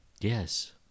Yes